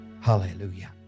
Hallelujah